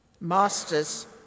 Masters